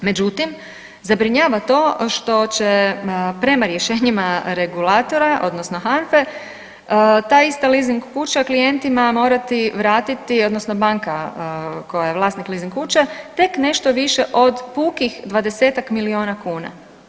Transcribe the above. Međutim, zabrinjava to što će prema rješenjima regulatora, odnosno HANFA-e ta ista leasing kuća klijentima morati vratiti, odnosno banka koja je vlasnik leasing kuće tek nešto više od pukih 20-tak milijuna kuna.